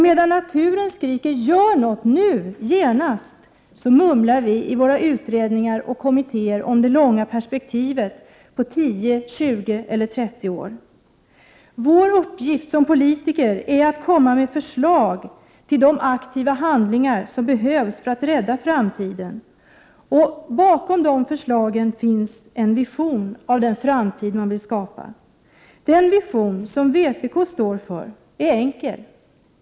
Medan naturen skriker: ”Gör något nu, genast”, mumlar vi i våra utredningar och kommittéer om det långa perspektivet på 10, 20 eller 30 år. Vår uppgift som politiker är att komma med förslag till de aktiva handlingar som behövs för att rädda framtiden. Bakom de förslagen ligger en vision av den framtid man vill skapa. Den vision som vpk står för är enkel.